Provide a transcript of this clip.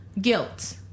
guilt